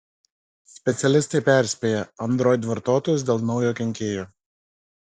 specialistai perspėja android vartotojus dėl naujo kenkėjo